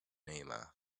namer